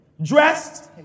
Dressed